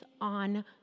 on